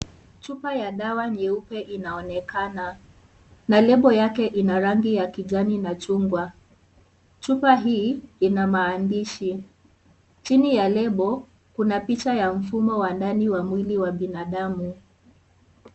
Chupa ya dawa nyeupe inaonekana na Lebo yake ina rangi ya kijani a Chungwa . Chupa hii ina maandishi ,chini ya lebo kuna picha ya mfumo wa ndani wa binadamu.